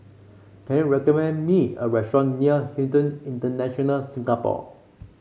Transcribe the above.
can you recommend me a restaurant near Hilton International Singapore